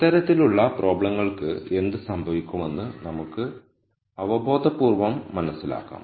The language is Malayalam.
ഇത്തരത്തിലുള്ള പ്രോബ്ളങ്ങൾക്ക് എന്ത് സംഭവിക്കുമെന്ന് നമുക്ക് അവബോധപൂർവ്വം മനസ്സിലാക്കാം